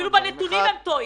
אפילו בנתונים הם טועים.